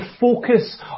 focus